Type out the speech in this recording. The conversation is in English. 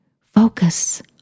Focus